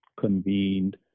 convened